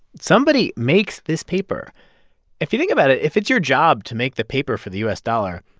somebody makes this paper if you think about it, if it's your job to make the paper for the u s. dollar,